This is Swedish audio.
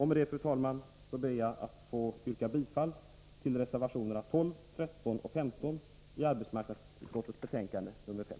Med detta, fru talman, ber jag att få yrka bifall till reservationerna 12, 13 och 15 i arbetsmarknadsutskottets betänkande nr 5.